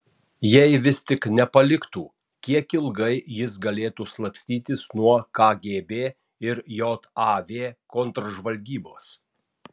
jei vis tik nepaliktų kiek ilgai jis galėtų slapstytis nuo kgb ir jav kontržvalgybos